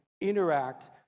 interact